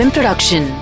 Production